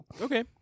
Okay